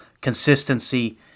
consistency